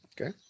Okay